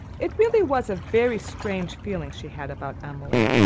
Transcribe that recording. it really was a very strange feeling she had about emily.